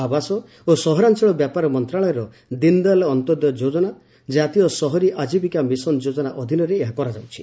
ଆବାସ ଓ ସହରାଞ୍ଚଳ ବ୍ୟାପର ମନ୍ତ୍ରଣାଳୟର ଦୀନଦୟାଲ ଅନ୍ତୋଦୟ ଯୋଜନା ଜାତୀୟ ସହରୀ ଆଜିବିକା ମିଶନ ଯୋଜନା ଅଧୀନରେ ଏହା କରାଯାଉଛି